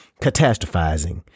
catastrophizing